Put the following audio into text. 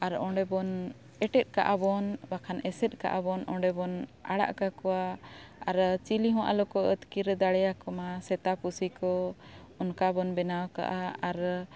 ᱟᱨ ᱚᱸᱰᱮ ᱵᱚᱱ ᱮᱴᱮᱫ ᱠᱟᱜᱼᱟ ᱵᱚᱱ ᱵᱟᱠᱷᱟᱱ ᱮᱥᱮᱫ ᱠᱟᱜᱼᱟ ᱵᱚᱱ ᱚᱸᱰᱮ ᱵᱚᱱ ᱟᱲᱟᱜ ᱠᱟᱠᱚᱣᱟ ᱟᱨ ᱪᱤᱞᱤ ᱦᱚᱸ ᱟᱞᱚ ᱠᱚ ᱟᱹᱛᱠᱤᱨᱮ ᱫᱟᱲᱮᱭᱟᱠᱚ ᱢᱟ ᱥᱮᱛᱟ ᱯᱩᱥᱤ ᱠᱚ ᱚᱱᱠᱟ ᱵᱚᱱ ᱵᱮᱱᱟᱣ ᱠᱟᱜᱼᱟ ᱟᱨ